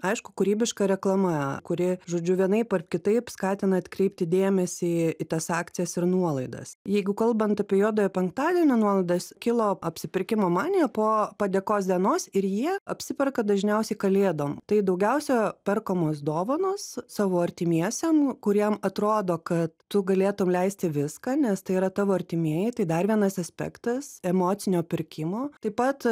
aišku kūrybiška reklama kuri žodžiu vienaip ar kitaip skatina atkreipti dėmesį į tas akcijas ir nuolaidas jeigu kalbant apie juodojo penktadienio nuolaidas kilo apsipirkimo manija po padėkos dienos ir jie apsiperka dažniausiai kalėdom tai daugiausia perkamos dovanos savo artimiesiem kuriem atrodo kad tu galėtum leisti viską nes tai yra tavo artimieji tai dar vienas aspektas emocinio pirkimo taip pat